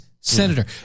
senator